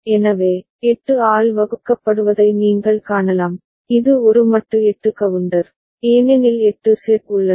எனவே 8 ஆல் வகுக்கப்படுவதை நீங்கள் காணலாம் இது ஒரு மட்டு 8 கவுண்டர் ஏனெனில் 8 செட் உள்ளன